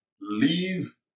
leave